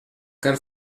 cal